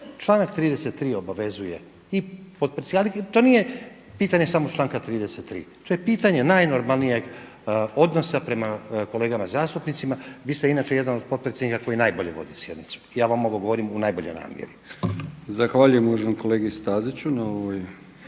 Članak 33. obavezuje, ali to nije pitanje samo članka 33. to je pitanje najnormalnijeg odnosa prema kolegama zastupnicima. Vi ste inače jedan od potpredsjednika koji najbolje vodi sjednicu. Ja vam ovo govorim u najboljoj namjeri. **Brkić, Milijan (HDZ)** Zahvaljujem uvaženom kolegi Staziću na ovim